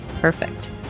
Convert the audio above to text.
perfect